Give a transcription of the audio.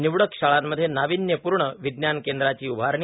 निवडक शाळांमध्ये नावीन्यपूर्ण विज्ञान केंद्रांची उभारणी